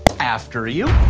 after you.